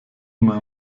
immer